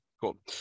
cool